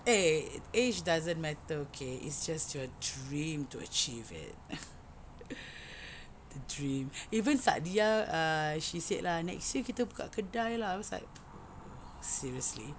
eh age doesn't matter okay it's just your dream to achieve it the dream even Saadiah ah she said lah next year kita buka kedai lah I was like seriously